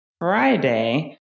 Friday